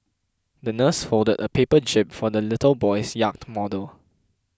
the nurse folded a paper jib for the little boy's yacht model